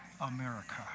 America